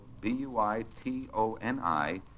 B-U-I-T-O-N-I